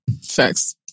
Facts